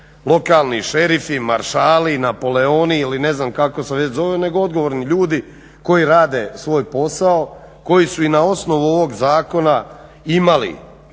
lokalni šerifi, maršali, napoleoni ili ne znam kako se već zovu nego odgovorni ljudi koji rade svoj posao koji su i na osnovu ovog zakona imali i